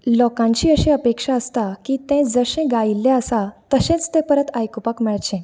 लोकांची अशी अपेक्षा आसता की तें जशे गायिल्ले आसा तशेंच तें परत आयकूपाक मेळचे